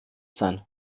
sein